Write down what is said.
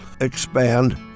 expand